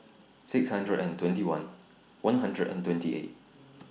six hundred and twenty one one hundred and twenty eight